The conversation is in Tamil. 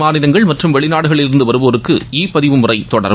மாநிலங்கள் மற்றும் வெளிநாடுகளில் வெளி இருந்து வருவோருக்கு இ பதிவு முறை தொடரும்